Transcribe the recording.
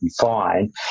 fine